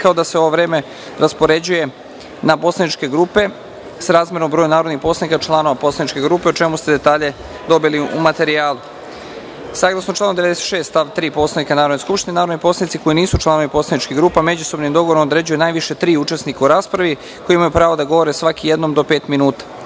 kao da se ovo vreme raspoređuje na poslaničke grupe srazmerno broju narodnih poslanika članova poslaničke grupe, o čemu ste detalje dobili u materijalu. Saglasno članu 96. stav 3. Poslanika Narodne skupštine narodni poslanici koji nisu članovi poslaničkih grupa međusobnim dogovorom određuju najviše tri učesnika u raspravi koji imaju pravo da govore svaki jednom do pet minuta. Molim